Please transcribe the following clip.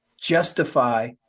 justify